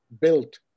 built